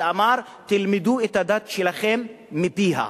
שאמר: תלמדו את הדת שלכם מפיה.